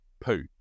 poo